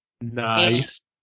Nice